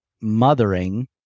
mothering